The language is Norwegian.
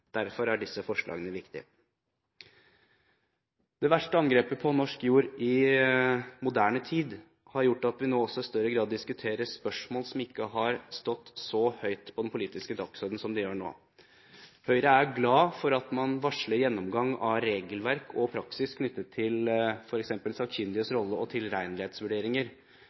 Derfor er disse forslagene viktige. Det verste angrepet på norsk jord i moderne tid har gjort at vi nå også i større grad diskuterer spørsmål som ikke har stått så høyt på den politiske dagsordenen som de gjør nå. Høyre er glad for at man varsler gjennomgang av regelverk og praksis knyttet til f.eks. sakkyndiges rolle og tilregnelighetsvurderinger.